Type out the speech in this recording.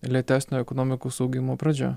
lėtesnio ekonomikos augimo pradžia